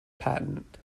patent